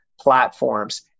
platforms